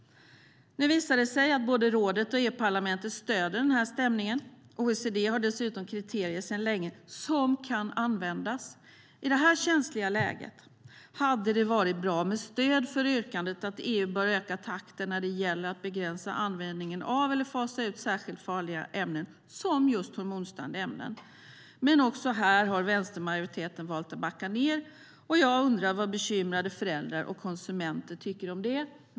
Nu visar det sig att både rådet och EU-parlamentet stöder stämningen. OECD har dessutom sedan länge kriterier som kan användas. I detta känsliga läge hade det varit bra med stöd för yrkandet att EU bör öka takten när det gäller att begränsa användningen av eller fasa ut särskilt farliga ämnen, som just hormonstörande ämnen. Men också här har vänstermajoriteten valt att backa. Jag undrar vad bekymrade föräldrar och konsumenter tycker om det.